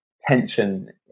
tension